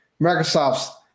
Microsoft's